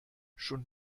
schon